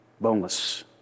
boneless